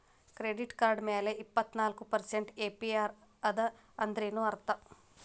Credit card ಮ್ಯಾಲೆ ಇಪ್ಪತ್ನಾಲ್ಕ್ percent APR ಅದ ಅಂದ್ರೇನ್ ಅರ್ಥ?